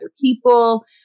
people